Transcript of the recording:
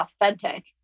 authentic